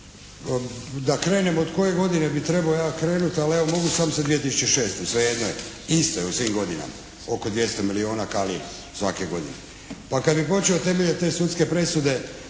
Da krenem od koje godine bi trebao ja krenuti ali evo mogu samo sa 2006. svejedno je, isto je u svim godinama, oko 200 milijuna kalira svake godine. Pa kad bi počeo temeljem te sudske presude